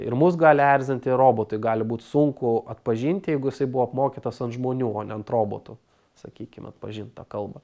ir mus gali erzinti ir robotui gali būt sunku atpažinti jeigu jisai buvo apmokytas ant žmonių o ne ant robotų sakykim atpažint tą kalbą